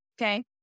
okay